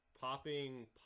popping